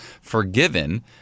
forgiven